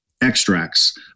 extracts